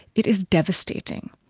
it is devastating.